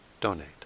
donate